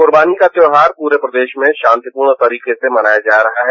कुर्बानी का त्यौहार प्ररे प्रदेश में शांतिपूर्ण तरीके से मनाया जा रहा है